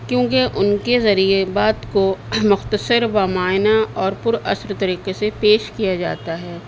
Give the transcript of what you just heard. کیونکہ ان کے ذریعے بات کو مختصر ومائنہ اور پر اثر طریقے سے پیش کیا جاتا ہے